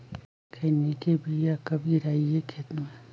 खैनी के बिया कब गिराइये खेत मे?